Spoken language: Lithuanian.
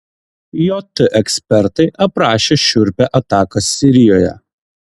jt ekspertai aprašė šiurpią ataką sirijoje